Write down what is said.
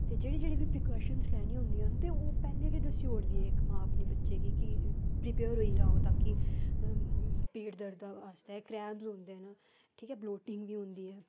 ते जेह्ड़ी जेह्ड़ी बी प्रीकाशनस लैनी होंदी ऐ ओह् पैह्लें गै दस्सी ओड़दी ऐ मां अपनी बच्चे गी के प्रीपेयर होई जाओ पेट दर्द आस्तै क्रैंप्स होंदे न ठीक ऐ बलोटिंग बी होंदी ऐ